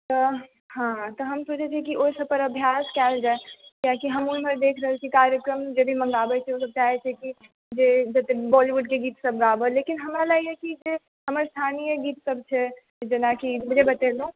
तऽ हँ हम सोचैत छी कि ओहि सभ पर अभ्यास कयल जाय किआकि हमहुँ एमहर देखि रहल छी कार्यक्रम यदि मङ्गाबैत छै तऽ ओ सभ चाहैत छी कि जे जतेक बॉलीवुडके गीतसभ गाबऽ लेकिन हमरा लागैया कि हमर स्थानीय गीतसभ छै जेनाकि जे बतेलहुँ